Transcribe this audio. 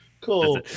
Cool